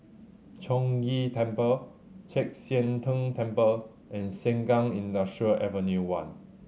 Chong Ghee Temple Chek Sian Tng Temple and Sengkang Industrial Avenue One